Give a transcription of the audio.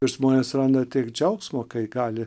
ir žmonės randa tiek džiaugsmo kai gali